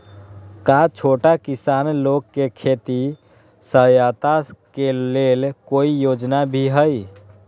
का छोटा किसान लोग के खेती सहायता के लेंल कोई योजना भी हई?